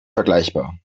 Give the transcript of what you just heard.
vergleichbar